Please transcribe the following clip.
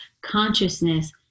consciousness